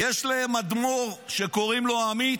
יש להם אדמו"ר שקוראים לו עמית,